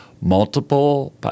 multiple